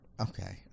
Okay